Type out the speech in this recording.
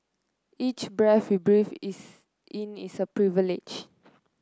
each breath we breathe is in is a privilege